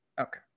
okay